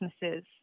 businesses